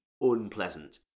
unpleasant